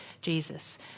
Jesus